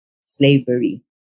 slavery